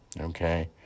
okay